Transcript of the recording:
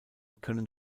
können